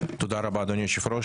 תודה רבה, אדוני היושב-ראש.